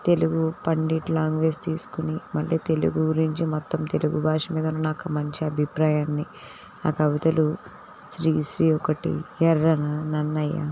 Telugu pandit language తీసుకుని మళ్ళీ తెలుగు గురించి మొత్తం తెలుగు భాష మీద ఉన్న నాకు మంచి అభిప్రాయాన్ని ఆ కవితలు శ్రీ శ్రీ ఒకటి ఎఱ్ఱన నన్నయ్య